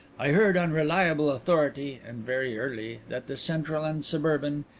i heard on reliable authority, and very early, that the central and suburban,